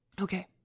Okay